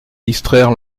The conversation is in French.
distraire